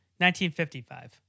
1955